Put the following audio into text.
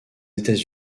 états